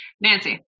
Nancy